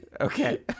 okay